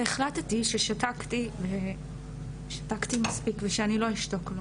והחלטתי ששתקתי מספיק ושאני לא אשתוק לו